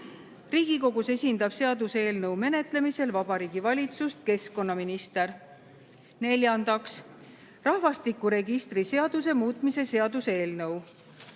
Riigikogus esindab seaduseelnõu menetlemisel Vabariigi Valitsust keskkonnaminister. Neljandaks, rahvastikuregistri seaduse muutmise seaduse eelnõu.